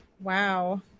Wow